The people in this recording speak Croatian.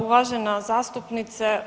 Uvažena zastupnice.